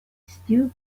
still